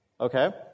Okay